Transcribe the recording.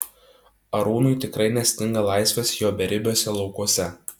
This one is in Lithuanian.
arūnui tikrai nestinga laisvės jo beribiuose laukuose